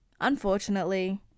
unfortunately